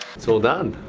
it's all done,